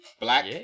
Black